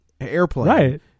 airplane